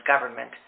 government